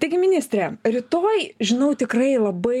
taigi ministre rytoj žinau tikrai labai